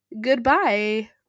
Goodbye